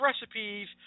recipes